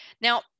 Now